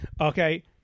Okay